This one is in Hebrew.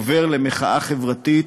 עובר למחאה חברתית,